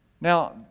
Now